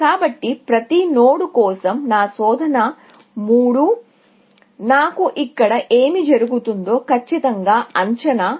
కాబట్టి ప్రతి నోడ్ కోసం మూడింటిని సెర్చ్ చేస్తాను నాకు ఇక్కడ ఖచ్చితంగా అంచనా వ్యయం అవసరం